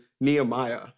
Nehemiah